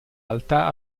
alta